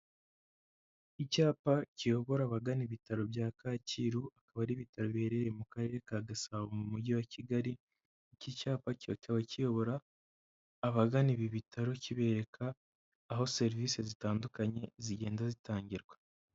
Icyapa kiyobora abagana ibitaro bya Kacyiru, akaba ari ibitaro biherereye mu karere ka Gasabo mu mujyi wa Kigali, iki cyapa kikaba kiyobora abagana ibi bitaro kibereka aho serivisi zitandukanye zigenda zitangirwa.